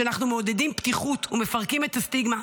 כשאנחנו מעודדים פתיחות ומפרקים את הסטיגמה,